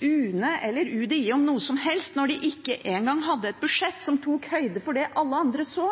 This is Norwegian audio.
UNE eller UDI om noe som helst når de ikke engang hadde et budsjett som tok høyde for det alle andre så.